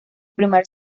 primer